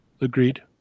Agreed